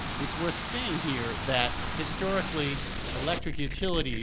it's worth saying here that historically electric utilities